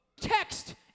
text